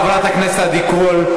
חברת הכנסת עדי קול.